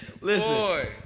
listen